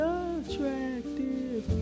attractive